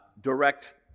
direct